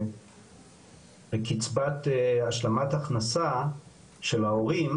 בקצבת השלמת הכנסה של ההורים,